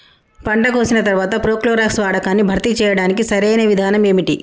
పంట కోసిన తర్వాత ప్రోక్లోరాక్స్ వాడకాన్ని భర్తీ చేయడానికి సరియైన విధానం ఏమిటి?